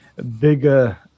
bigger